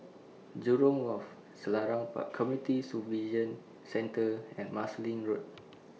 Jurong Wharf Selarang Park Community Supervision Centre and Marsiling Road